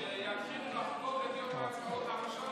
שיתחילו לחקור את יום העצמאות הראשון